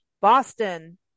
Boston